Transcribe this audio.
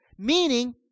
meaning